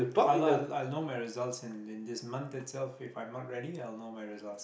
I'll I'll I'll know my results in in this month itself if I'm not ready I'll know my results